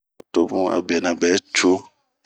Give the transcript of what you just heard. To bun a benɛ bɛ cuu.